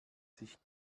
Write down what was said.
sich